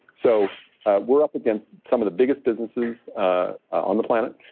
so we're up against some of the biggest businesses on the planet.